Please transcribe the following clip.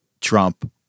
Trump